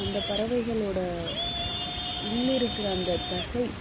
அந்த பறவைகளோட உள்ளிருக்கிற அந்த தசை